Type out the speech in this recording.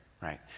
right